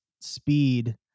Speed